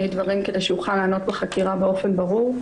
דברים כדי שאוכל לענות בחקירה באופן ברור.